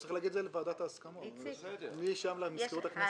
הוא צריך להגיד את זה לוועדת ההסכמות ומשם למזכירות הכנסת.